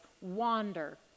wander